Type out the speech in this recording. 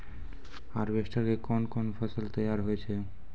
Harvester के कोन कोन फसल तैयार होय छै?